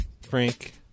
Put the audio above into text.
frank